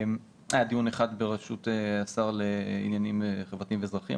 היה דיון אחד בראשות השר לעניינים חברתיים ואזרחיים,